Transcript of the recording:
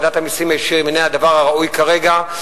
הורדת המסים הישירים אינה הדבר הראוי כרגע,